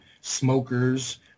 smokers